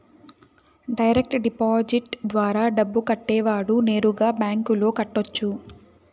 direct deposit ద్వారా డబ్బు కట్టేవాడు నేరుగా బ్యాంకులో కట్టొచ్చు